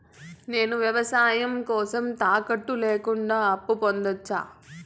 నేను వ్యాపారం కోసం తాకట్టు లేకుండా అప్పు పొందొచ్చా?